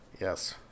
Yes